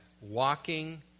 walking